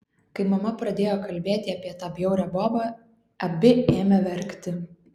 kai mama pradėjo kalbėti apie tą bjaurią bobą abi ėmė verkti